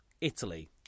Italy